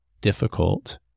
difficult